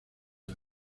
del